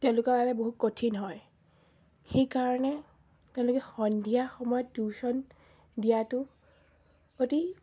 তেওঁলোকৰ বাবে বহুত কঠিন হয় সেইকাৰণে তেওঁলোকে সন্ধিয়া সময়ত টিউশ্যন দিয়াটো অতি